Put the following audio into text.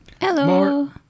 Hello